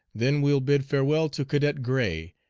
then we'll bid farewell to cadet gray,